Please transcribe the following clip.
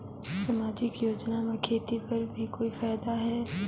समाजिक योजना म खेती बर भी कोई फायदा है?